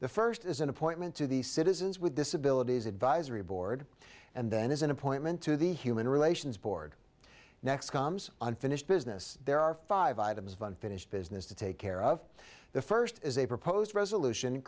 the first is an appointment to the citizens with disabilities advisory board and then is an appointment to the human relations board next comes unfinished business there are five items of unfinished business to take care of the first is a proposed resolution